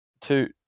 two